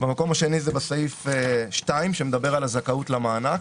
והמקום השני זה סעיף 2 שמדבר על הזכאות למענק.